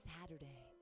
Saturday